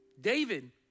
David